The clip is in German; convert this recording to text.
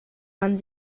man